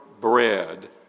bread